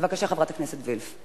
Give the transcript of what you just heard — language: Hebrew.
בבקשה, חברת הכנסת וילף.